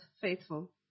faithful